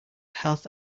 health